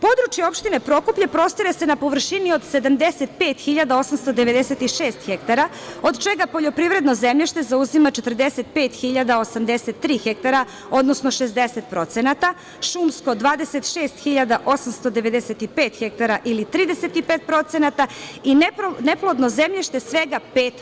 Područje opštine Prokuplje prostire se na površini od 75.896 hektara, od čega poljoprivredno zemljište zauzima 45.083 hektara odnosno 60%, šumsko 26.895 hektara ili 35% i neplodno zemljište svega 5%